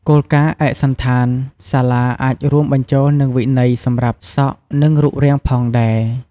គោលការណ៍ឯកសណ្ឋានសាលាអាចរួមបញ្ចូលនឹងវិន័យសម្រាប់សក់ និងរូបរាងផងដែរ។